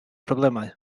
problemau